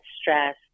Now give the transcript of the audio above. stress